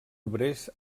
obrers